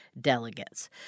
delegates